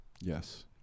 Yes